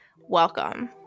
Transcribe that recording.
welcome